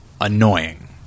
annoying